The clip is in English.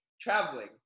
traveling